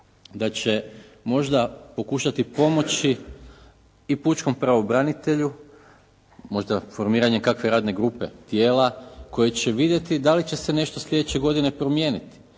Da će možda pokušati pomoći i pučkom pravobranitelju možda formiranjem kakve radne grupe, tijela koje će vidjeti da li će se nešto sljedeće godine promijeniti?